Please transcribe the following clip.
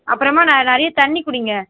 அப்புறமா நான் நிறைய தண்ணி குடிங்க